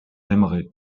aimerez